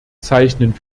zeichnen